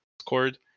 scored